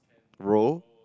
roll